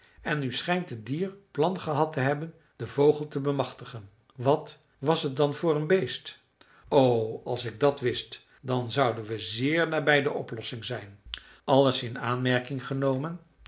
en nu schijnt het dier plan gehad te hebben den vogel te bemachtigen wat was het dan voor een beest o als ik dat wist dan zouden we zeer nabij de oplossing zijn alles in aanmerking genomen